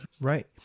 Right